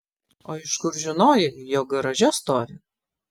o iš kur žinojai jog garaže stovi